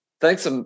thanks